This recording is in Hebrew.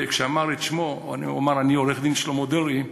הוא אמר: אני עו"ד שלמה דרעי,